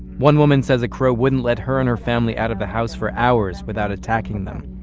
one woman says a crow wouldn't let her and her family out of the house for hours without attacking them.